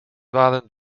waren